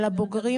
על בוגרים,